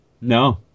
No